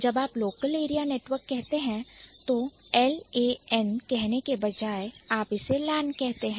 जब आप Local Area Network कहते हैं तो L A N कहने के बजाय हम इस LAN कहते हैं